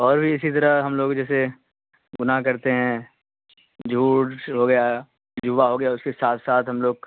اور بھی اسی طرح ہم لوگ جیسے گناہ کرتے ہیں جھوٹ ہو گیا جوا ہو گیا اس کے ساتھ ساتھ ہم لوگ